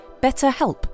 BetterHelp